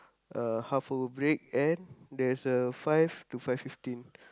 uh half hour break and there's a five to five fifteen